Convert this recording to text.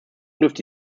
dürfte